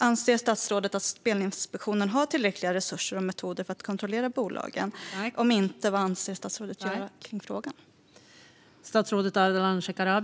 Anser statsrådet att Spelinspektionen har tillräckliga resurser och metoder för att kontrollera bolagen? Om inte, vad avser statsrådet att göra i frågan?